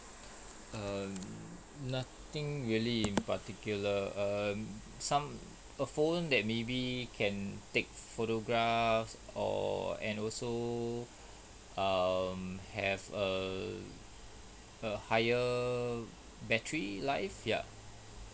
uh nothing really in particular um some a phone that maybe can take photographs or and also um have a a higher battery life ya